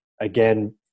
again